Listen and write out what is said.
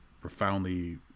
profoundly